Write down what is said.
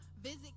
visit